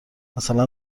مثلا